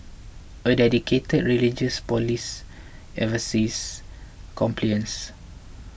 a dedicated religious police oversees compliance